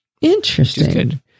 Interesting